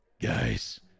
guys